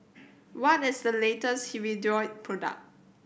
what is the latest Hirudoid product